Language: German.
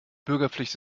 bürgerpflicht